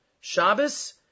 Shabbos